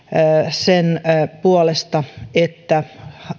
sen puolesta että